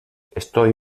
estoy